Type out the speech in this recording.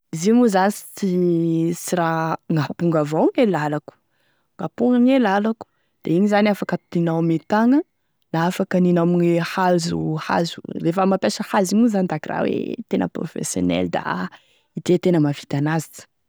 Izy moa zany tsy sy raha, gn'amponga avao gne lalako, amponga gne lalako da igny zany afaky kapoignao ame tagna, na afaka hanina amigne hazo hazo, lefa mampiasa hazo igny moa zany da akoraha hoe tena professionnel da ndre tena e mahavita an'azy.